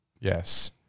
Yes